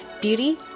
beauty